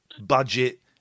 budget